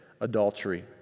adultery